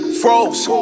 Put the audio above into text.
froze